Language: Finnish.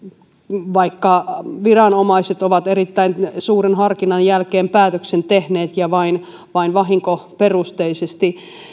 vaikka viranomaiset ovat erittäin suuren harkinnan jälkeen päätöksen tehneet ja vain vain vahinkoperusteisesti